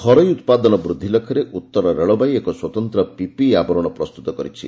ଘରୋଇ ଉତ୍ପାଦନ ବୃଦ୍ଧି ଲକ୍ଷ୍ୟରେ ଉତ୍ତର ରେଳବାଇ ଏକ ସ୍ନତନ୍ତ୍ର ପିପିଇ ଆବରଣ ପ୍ରସ୍ତୁତ କରିଛି